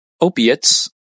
opiates